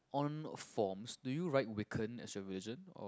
on forms do you write weaken as your visions or